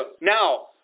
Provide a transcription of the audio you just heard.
Now